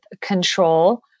control